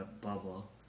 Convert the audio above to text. bubble